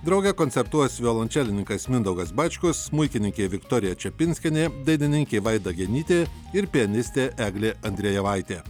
drauge koncertuos violončelininkas mindaugas bačkus smuikininkė viktorija čepinskienė dainininkė vaida genytė ir pianistė eglė andrejevaitė